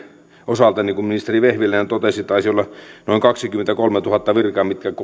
osalta niin kuin ministeri vehviläinen totesi taisi olla noin kaksikymmentäkolmetuhatta virkaa mitä